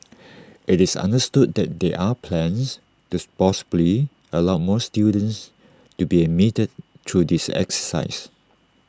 IT is understood that there are plans tooth possibly allow more students to be admitted through this exercise